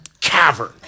cavern